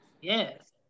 Yes